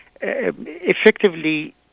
effectively